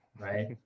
right